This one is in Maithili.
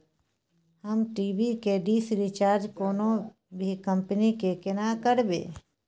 हम टी.वी के डिश रिचार्ज कोनो भी कंपनी के केना करबे?